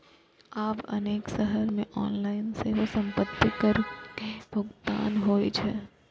आब अनेक शहर मे ऑनलाइन सेहो संपत्ति कर के भुगतान होइ छै